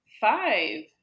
five